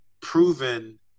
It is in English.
proven